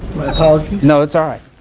my apologies, no, it's ah